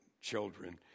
children